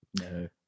no